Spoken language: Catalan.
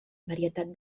varietat